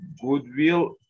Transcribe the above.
goodwill